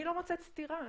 אני לא מוצאת סתירה.